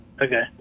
okay